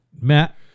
Matt